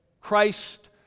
Christ